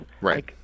Right